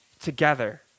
together